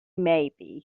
maybe